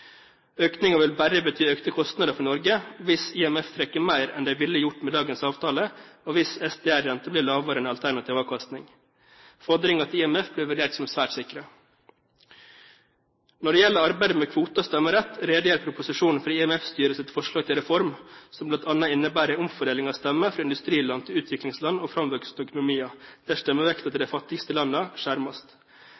Økningen vil bare bety økte kostnader for Norge hvis IMF trekker mer enn de ville gjort med dagens avtale, og hvis SDR-renten blir lavere enn alternativ avkastning. Fordringer til IMF blir vurdert som svært sikre. Når det gjelder arbeidet med kvoter og stemmerett, redegjør proposisjonen for IMF-styrets forslag til reform, som bl.a. innebærer en omfordeling av stemmer fra industriland til utviklingsland og framvoksende økonomier, der stemmevekten til de